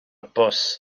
bws